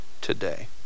today